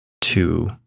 two